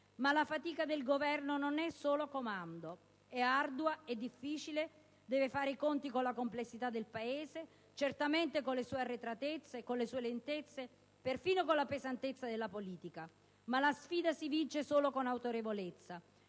La fatica del Governo non è solo comando: è ardua e difficile, deve fare i conti con la complessità del Paese, certamente con le sue arretratezze e lentezze, perfino con la pesantezza della politica, ma la sfida si vince solo con l'autorevolezza